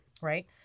Right